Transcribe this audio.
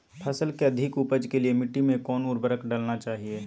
फसल के अधिक उपज के लिए मिट्टी मे कौन उर्वरक डलना चाइए?